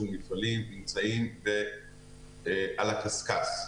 מפעלים שנמצאים על הקשקש,